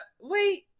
Wait